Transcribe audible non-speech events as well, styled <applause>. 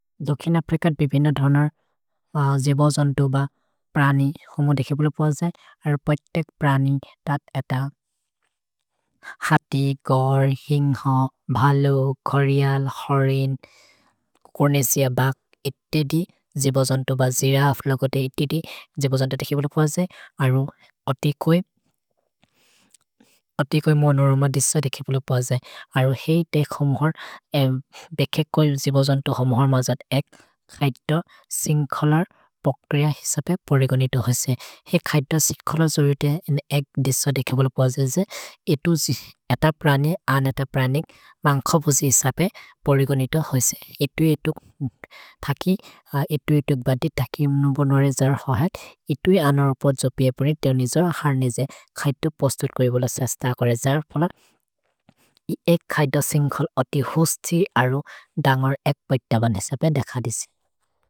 दुखिन फ्रेकत् बिबिन धनर् जिबजन्तुब प्रनि हुम देखेबुलु प्वजे। अरु पेतेक् प्रनि तत् एत <hesitation> हति, गर्, हिन्घ, भलो, करियल्, हरिन्, कुर्नेसिअ, बक्, इत्तिदि। जिबजन्तुब जिरफ् लगोते इत्तिदि। जिबजन्त देखेबुलु प्वजे। अरु अतिकोइ मोनुरुम दिस्य देखेबुलु प्वजे। अरु हेइ तेक् हुम्होर् बेखेकोइ जिबजन्त हुम्होर् मजत् एक् खैत सिन्खलर् पोक्रिय हिसपे परेगोनितो होइसे। हेइ खैत सिन्खलर् जोरिते एक् दिस्य देखेबुलु प्वजे जे एतु अत प्रनि अनत प्रनि मन्ग्खपुजि हिसपे परेगोनितो होइसे। एतुइ एतुक् थकि, एतुइ एतुक् बति थकि इम्नुबोनोरे जरहोहत्, एतुइ अनर पोद्जोपि एपुनि तेओ निजोर हरिने जे खैत पस्तुर् कोइ बोल सस्तहकोरे जरहोपल। <hesitation> एक् खैत सिन्खल् अति होस्ति अरु दन्गर् एक् पैत बनेसेपे देख दिसि।